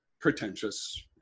pretentious